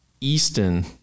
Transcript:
Easton